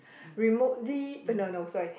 remotely no no sorry